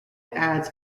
adds